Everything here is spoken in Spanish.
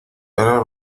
era